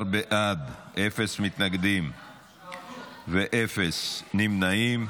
17 בעד, אפס מתנגדים ואפס נמנעים.